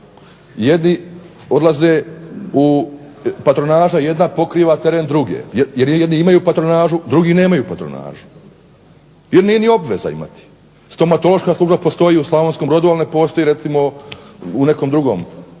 Jedni odlaze u, patronaža jedna pokriva teren drugi jer jedni imaju patronažu, drugi nemaju patronažu, jer nije ni obveza imati. Stomatološka služba postoji u Slavonskom Brodu, ali ne postoji recimo u nekom drugom